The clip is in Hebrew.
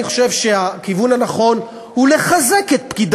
אני חושב שהכיוון הנכון הוא לחזק את פקיד